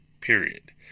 period